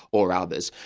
or others.